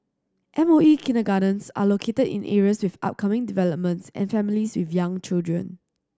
M O E kindergartens are located in areas with upcoming developments and families with young children